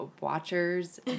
watchers